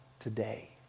today